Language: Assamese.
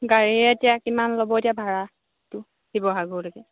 গাড়ীৰে এতিয়া কিমান ল'ব এতিয়া ভাড়াটো শিৱসাগৰলৈকে